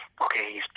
okay